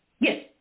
Yes